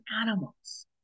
animals